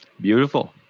Beautiful